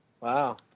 Wow